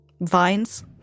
vines